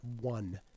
one